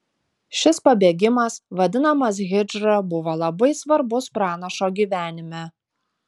šis pabėgimas vadinamas hidžra buvo labai svarbus pranašo gyvenime